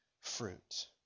fruit